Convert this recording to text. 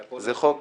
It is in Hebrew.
אתה יכול להרחיב.